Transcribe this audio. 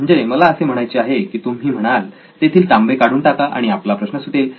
म्हणजे मला असे म्हणायचे आहे की तुम्ही म्हणाल तेथील तांबे काढून टाका आणि आपला प्रश्न सुटेल